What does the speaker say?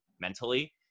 mentally